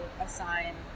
assign